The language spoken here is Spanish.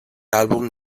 álbum